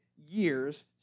years